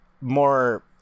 more